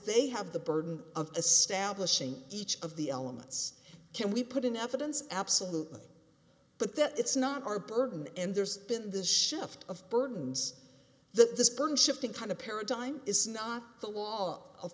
they have the burden of a stablish in each of the elements can we put in evidence absolutely but that it's not our burden and there's been this shift of burdens that this burden shifting kind of paradigm is not the law of